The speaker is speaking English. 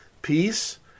Peace